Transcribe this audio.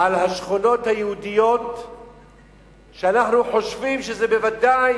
על השכונות היהודיות שאנחנו חושבים שזה בוודאי,